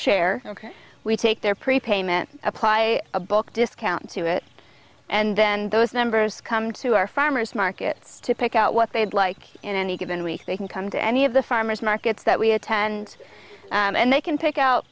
share ok we take their prepayment apply a book discount to it and then those members come to our farmers markets to pick out what they'd like in any given week they can come to any of the farmers markets that we attend and they can pick out